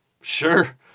Sure